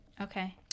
okay